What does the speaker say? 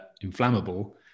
inflammable